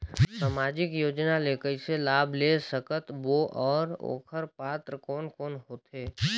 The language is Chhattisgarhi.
समाजिक योजना ले कइसे लाभ ले सकत बो और ओकर पात्र कोन कोन हो थे?